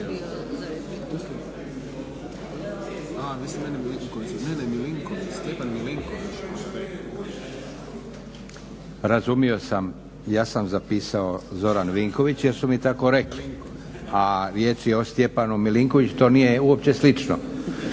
Razumio sam, ja sam zapisao Zoran Vinković jer su mi tako rekli, a riječ je o Stjepanu Milinkoviću. To nije uopće slično.